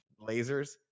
lasers